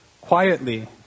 quietly